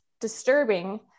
disturbing